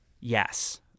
yes